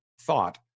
thought